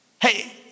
Hey